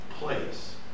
place